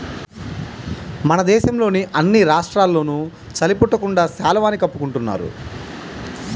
మన దేశంలోని అన్ని రాష్ట్రాల్లోనూ చలి పుట్టకుండా శాలువాని కప్పుకుంటున్నారు